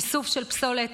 איסוף של פסולת,